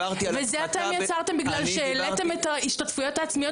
וזה אתם יצרתם בגלל שהעליתם את ההשתתפויות העצמיות